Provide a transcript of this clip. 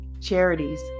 charities